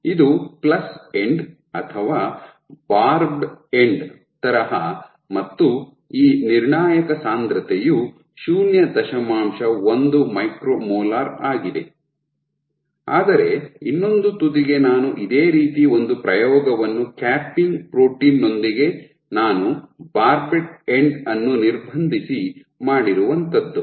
ಇದು plus end ಅಥವಾ barbed end ತರಹ ಮತ್ತು ಈ ನಿರ್ಣಾಯಕ ಸಾಂದ್ರತೆಯು ಶೂನ್ಯ ದಶಮಾಂಶ ಒಂದು ಮೈಕ್ರೊ ಮೋಲಾರ್ ಆಗಿದೆ ಆದರೆ ಇನ್ನೊಂದು ತುದಿಗೆ ನಾನು ಇದೇ ರೀತಿ ಒಂದು ಪ್ರಯೋಗವನ್ನು ಕ್ಯಾಪಿಂಗ್ ಪ್ರೋಟೀನ್ ನೊಂದಿಗೆ ನಾನು ಬಾರ್ಬೆಡ್ ಎಂಡ್ ಅನ್ನು ನಿರ್ಬಂಧಿಸಿ ಮಾಡಿರುವಂಥದ್ದು